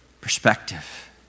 perspective